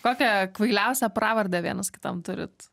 kokią kvailiausią pravardę vienas kitam turit